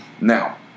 Now